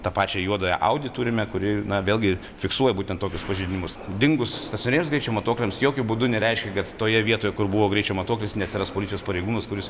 tą pačią juodąją audi turime kuri na vėlgi fiksuoja būtent tokius pažeidimus dingus stacionariems greičio matuokliams jokiu būdu nereiškia kad toje vietoje kur buvo greičio matuoklis neatsiras policijos pareigūnas kuris